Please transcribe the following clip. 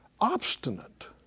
obstinate